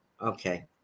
Okay